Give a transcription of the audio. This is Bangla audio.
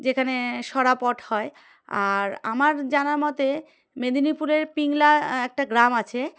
যেখানে সরা পট হয় আর আমার জানার মতে মেদিনীপুরের পিংলা একটা গ্রাম আছে